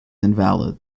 invalid